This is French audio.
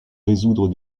résoudre